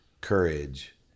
courage